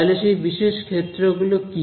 তাহলে সেই বিশেষ ক্ষেত্র গুলো কি